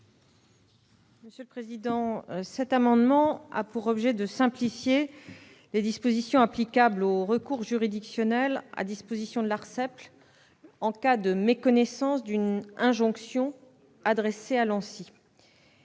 Mme la ministre. Cet amendement a pour objet de simplifier les dispositions applicables au recours juridictionnel à disposition de l'ARCEP en cas de méconnaissance d'une injonction adressée à l'ANSSI.